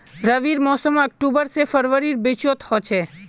रविर मोसम अक्टूबर से फरवरीर बिचोत होचे